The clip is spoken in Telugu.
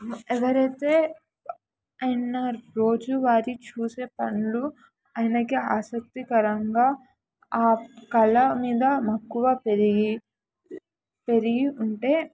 ఎవరైతే ఆన రోజు వారి చూసే పనులు ఆయనకి ఆసక్తికరంగా ఆ కళ మీద మక్కువ పెరిగి పెరిగి ఉంటే